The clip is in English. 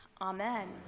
Amen